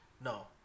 No